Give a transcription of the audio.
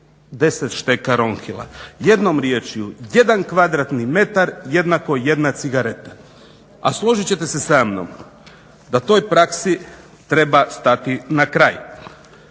10 šteka Ronhila. Jednom riječju jedan kvadratni metar jednako jedna cigareta. A složit ćete se sa mnom da toj praksi treba stati na kraj.